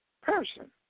person